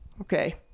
okay